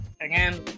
Again